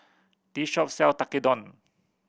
this shop sell Tekkadon